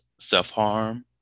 self-harm